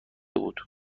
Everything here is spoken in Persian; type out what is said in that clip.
بود